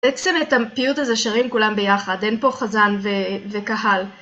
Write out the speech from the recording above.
בעצם את הפיוט הזה שרים כולם ביחד, אין פה חזן וקהל.